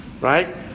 right